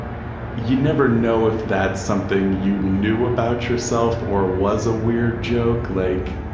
you never know if that's something you knew about yourself or was a weird joke. like,